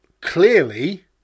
clearly